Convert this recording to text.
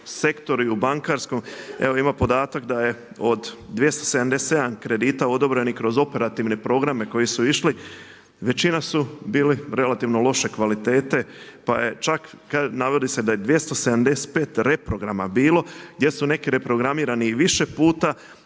sektoru i u bankarskom. Evo ima podatak da je od 277 kredita odobrenih kroz operativne programe koji su išli, većina su bili relativno loše kvalitete pa je čak, navodi se da je 275 reprograma bilo gdje su neki reprogramirani i više puta.